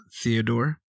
Theodore